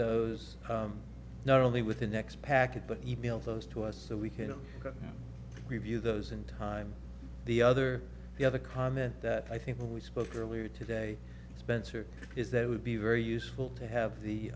those not only with the next packet but e mail those to us so we can review those in time the other the other comment that i think we spoke earlier today spencer is that would be very useful to have the